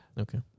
Okay